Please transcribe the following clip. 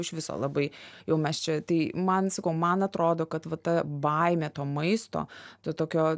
iš viso labai jau mes čia tai man sakau man atrodo kad ta baimė to maisto to tokio